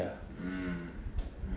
mm